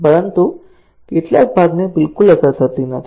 પરંતુ કેટલાક ભાગને બિલકુલ અસર થતી નથી